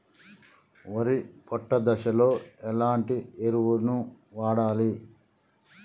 వరి పొట్ట దశలో ఎలాంటి ఎరువును వాడాలి?